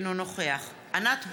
אינו נוכח ענת ברקו,